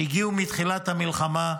שהגיעו מתחילת המלחמה,